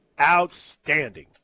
outstanding